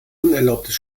unerlaubtes